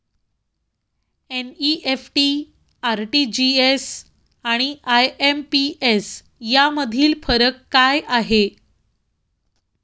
NEFT, RTGS आणि IMPS यामधील फरक काय आहे?